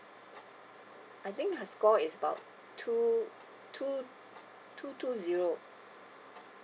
I think her score it's about two two two two zero